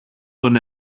τον